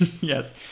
Yes